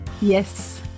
Yes